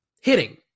Hitting